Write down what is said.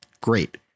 great